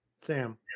Sam